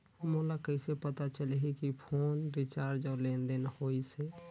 मोला कइसे पता चलही की फोन रिचार्ज और लेनदेन होइस हे?